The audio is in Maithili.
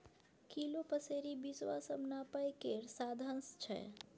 किलो, पसेरी, बिसवा सब नापय केर साधंश छै